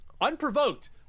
unprovoked